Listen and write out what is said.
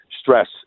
stress